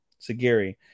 Sagiri